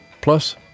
plus